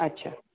अच्छा